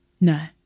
No